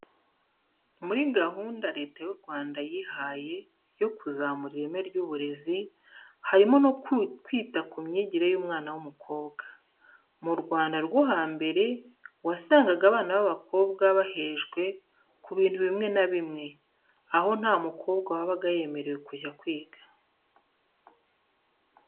Muri gahunda Leta y'u Rwanda yihaye yo kuzamura ireme ry'uburezi, harimo no kwita ku myigire y'umwana w'umukobwa. Mu Rwanda rwo hambere wasangaga abana b'abakobwa bahejwe ku bintu bimwe na bimwe, aho nta mukobwa wabaga yemerewe kujya kwiga.